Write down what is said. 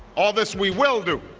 all this we will do.